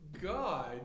God